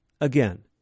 again